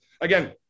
Again